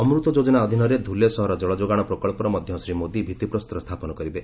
ଅମୃତ ଯୋଜନା ଅଧୀନରେ ଧୁଲେ ସହର ଜଳଯୋଗାଣ ପ୍ରକଳ୍ପର ମଧ୍ୟ ଶ୍ରୀ ମୋଦି ଭିତ୍ତି ପ୍ରସ୍ତର ସ୍ଥାପନ କରିବେ